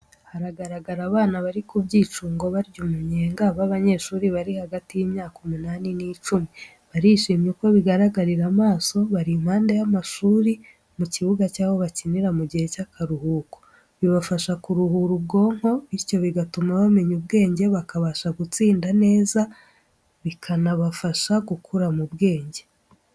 Haragara abana bari ku byicungo barya umunyenga b'abanyeshuri bari hagati y'imyaka umunani n'icumi, barishimye uko bigaragarira amaso bari impande y'amashuri, mu kibuga cyaho bakinira mu gihe cyakaruhuko bibafasha kuruhura Ubwonko, bityo bigatuma bamenya ubwenge bakabasha gutsinda neza, bikanafasha gukura mu bwenge.